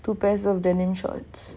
two pairs of denim shorts